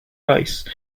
rice